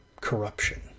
corruption